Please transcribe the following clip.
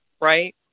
right